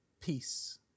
peace